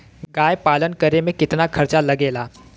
गाय पालन करे में कितना खर्चा लगेला?